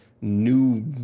new